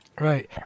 Right